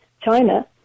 China